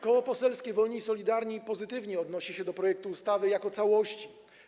Koło Poselskie Wolni i Solidarni pozytywnie odnosi się do projektu ustawy jako całości.